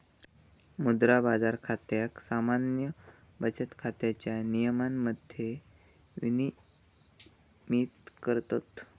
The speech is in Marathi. मुद्रा बाजार खात्याक सामान्य बचत खात्याच्या नियमांमध्येच विनियमित करतत